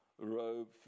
robe